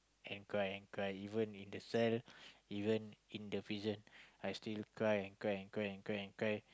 and cry and cry even in the cell even in the prison I still cry and cry and cry and cry